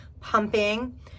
pumping